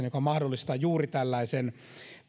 joka mahdollistaa juuri tällaisen